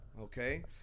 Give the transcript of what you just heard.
Okay